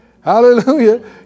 Hallelujah